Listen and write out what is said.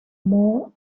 more